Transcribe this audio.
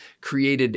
created